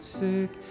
sick